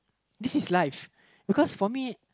this is life because for me